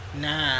Nah